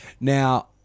Now